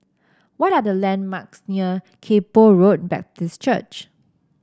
what are the landmarks near Kay Poh Road Baptist Church